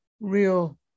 real